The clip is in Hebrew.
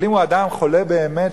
אבל אם הוא אדם חולה באמת,